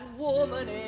woman